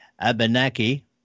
Abenaki